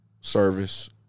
service